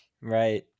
Right